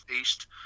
East